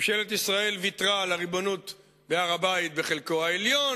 ממשלת ישראל ויתרה על הריבונות בהר-הבית בחלקו העליון,